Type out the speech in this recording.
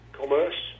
commerce